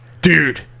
Dude